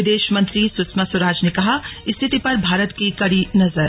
विदेश मंत्री सुषमा स्वराज ने कहा स्थिति पर भारत की कड़ी नजर